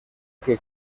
que